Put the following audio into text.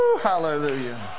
hallelujah